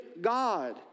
God